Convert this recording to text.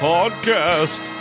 Podcast